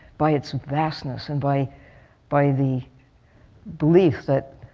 by its vastness and by by the belief that